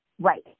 Right